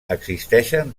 existeixen